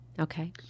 Okay